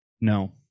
No